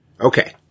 Okay